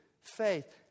faith